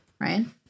Ryan